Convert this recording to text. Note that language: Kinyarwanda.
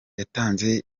yatanze